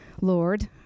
Lord